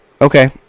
Okay